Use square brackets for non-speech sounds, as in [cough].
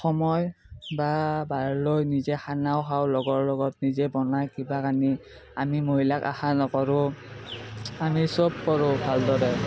সময় বা [unintelligible] নিজে খানাও খাওঁ লগৰ লগত নিজে বনাই কিবা আনি আমি মহিলাক আশা নকৰোঁ আমি চব কৰোঁ ভালদৰে